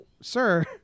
Sir